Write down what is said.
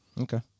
Okay